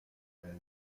treize